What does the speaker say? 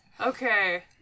Okay